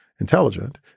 intelligent